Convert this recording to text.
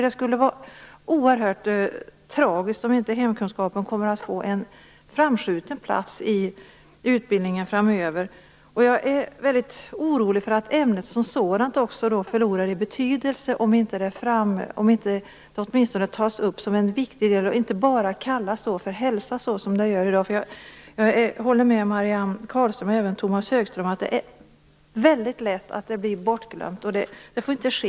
Det skulle vara oerhört tragiskt om inte hemkunskapen får en framskjuten plats i utbildningen framöver. Jag är också orolig över att ämnet som sådant förlorar i betydelse om det inte åtminstone blir en viktig del och inte bara kallas för hälsa, som det gör i dag. Jag håller med Marianne Carlström, och även Tomas Högström, om att detta ämne väldigt lätt blir bortglömt. Det får inte ske.